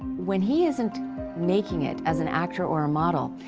when he isn't making it as an actor or a model,